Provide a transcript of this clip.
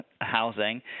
housing